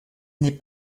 n’est